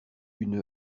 une